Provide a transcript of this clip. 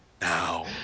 now